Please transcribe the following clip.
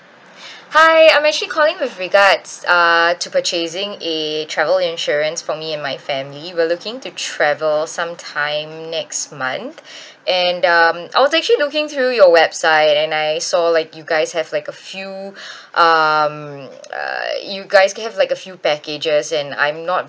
hi I'm actually calling with regards uh to purchasing a travel insurance for me and my family we're looking to travel some time next month and um I was actually looking through your website and I saw like you guys have like a few um uh you guys can have like a few packages and I'm not